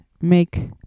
make